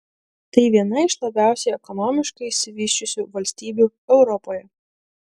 tai viena iš labiausiai ekonomiškai išsivysčiusių valstybių europoje